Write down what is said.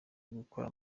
kugora